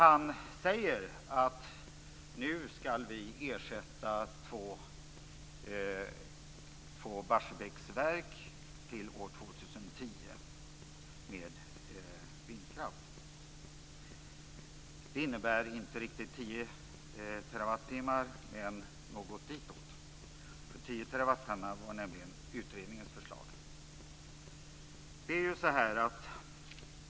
Han sade där att vi nu ska ersätta två Barsebäcksverk med vindkraft till år 2010. Det innebär inte riktigt 10 terawattimmar, men något ditåt. 10 terawattimmar var nämligen utredningens förslag.